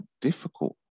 difficult